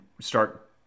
start